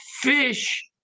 fish